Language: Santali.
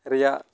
ᱨᱮᱭᱟᱜ